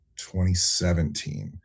2017